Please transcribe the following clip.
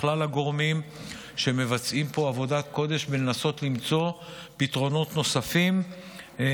לכלל הגורמים שמבצעים פה עבודת קודש בלנסות למצוא פתרונות ארוכי טווח,